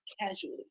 casually